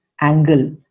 angle